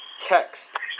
Text